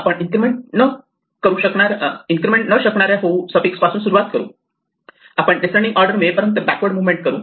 आपण इन्क्रिमेंट न शकणाऱ्या होऊ सफिक्स पासून सुरुवात करू आपण डीसेंडिंग ऑर्डर मिळेपर्यंत बॅकवर्ड मुव्हमेंट करू